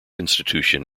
institution